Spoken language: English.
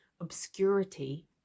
obscurity